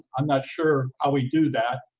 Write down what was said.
i'm not sure how we do that.